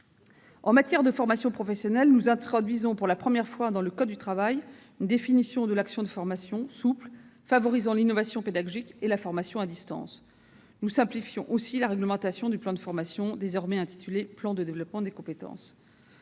En matière de formation professionnelle, nous introduisons pour la première fois dans le code du travail une définition souple de l'action de formation, favorisant l'innovation pédagogique et la formation à distance. Nous simplifions aussi la réglementation du plan de formation, désormais intitulé « plan de développement des compétences ».